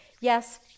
yes